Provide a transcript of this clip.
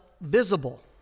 visible